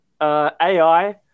AI